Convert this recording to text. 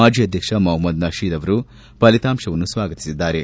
ಮಾಜಿ ಅಧ್ಯಕ್ಷ ಮೊಹಮ್ನದ್ ನಷೀದ್ ಅವರು ಫಲಿತಾಂಶವನ್ನು ಸ್ವಾಗತಿಸಿದ್ದಾರೆ